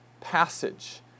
passage